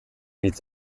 hitz